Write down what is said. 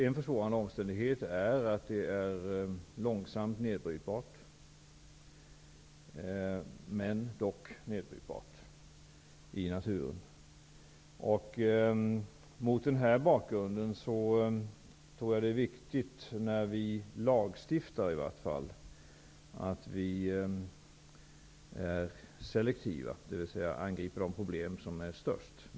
En försvårande omständighet är naturligtvis att det här är långsamt nedbrytbart, dock nedbrytbart, i naturen. Mot den här bakgrunden är det viktigt att vi när vi lagstiftar är selektiva, dvs. först angriper de problem som är störst.